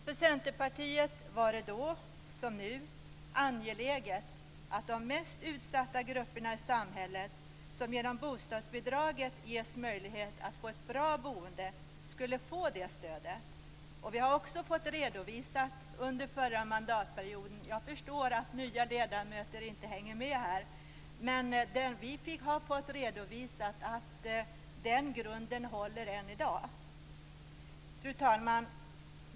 För Centerpartiet var det då som nu angeläget att de mest utsatta grupperna i samhället, som genom bostadsbidraget ges möjlighet att få ett bra boende, skulle få det stödet. Vi har också under förra mandatperioden fått redovisat - jag förstår att nya ledamöter inte hänger med - att den grunden håller än i dag. Fru talman!